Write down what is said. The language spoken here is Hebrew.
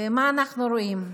ומה אנחנו רואים?